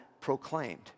proclaimed